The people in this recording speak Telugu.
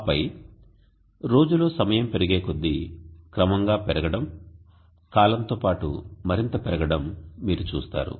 ఆపై రోజులో సమయం పెరిగేకొద్దీ క్రమంగా పెరగడం కాలంతో పాటు మరింత పెరగడం మీరు చూస్తారు